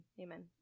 Amen